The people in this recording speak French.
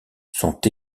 sont